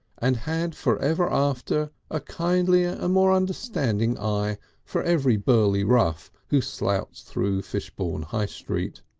and had forever after a kindlier and more understanding eye for every burly rough who slouched through fishbourne high street.